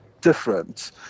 different